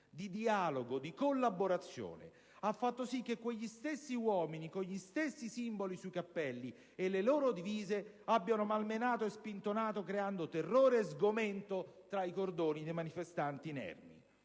di dialogo, di collaborazione ha fatto sì che quegli stessi uomini, con gli stessi simboli sui cappelli e le loro divise abbiano malmenato e spintonato, creando terrore e sgomento tra i cordoni dei manifestanti inermi.